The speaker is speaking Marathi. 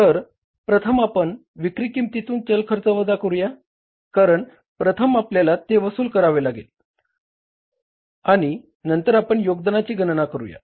तर प्रथम आपण विक्री किंमतीतून चल खर्च वजा करूया कारण प्रथम आपल्याला ते वसूल करावे लागेल आणि नंतर आपण योगदानाची गणना करूया